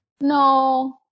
No